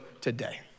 today